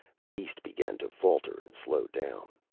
the beast began to falter and slow down.